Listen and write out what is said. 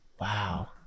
Wow